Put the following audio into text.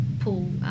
pull